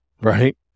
Right